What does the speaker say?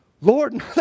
Lord